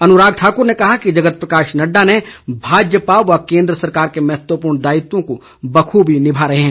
अनुराग ठाकुर ने कहा कि जगत प्रकाश नड्डा ने भाजपा व केंद्र सरकार के महत्वपूर्ण दायित्वों को बखूबी निभा रहे हैं